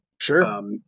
sure